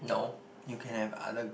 no you can have other